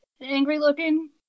angry-looking